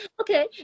Okay